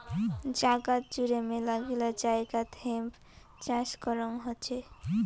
জাগাত জুড়ে মেলাগিলা জায়গাত হেম্প চাষ করং হসে